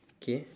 okay